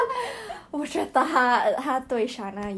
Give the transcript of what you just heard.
for example you say you think your stomach is fat